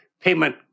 payment